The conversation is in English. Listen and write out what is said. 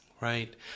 Right